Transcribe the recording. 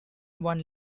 one